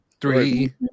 Three